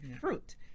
fruit